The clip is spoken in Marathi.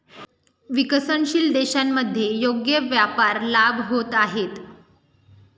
विकसनशील देशांमध्ये योग्य व्यापार लाभ होत आहेत